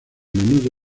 menudo